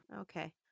Okay